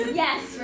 yes